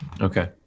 Okay